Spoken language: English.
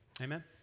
amen